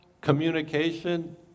communication